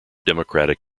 democratic